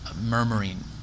Murmuring